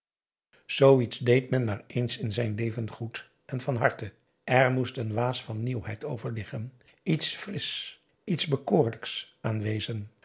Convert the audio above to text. zooiets deed men maar ééns in zijn leven goed en van harte er moest een waas van nieuwheid over liggen iets frisch iets